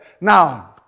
Now